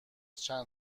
چند